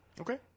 Okay